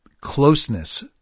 closeness